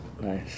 Nice